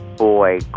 boy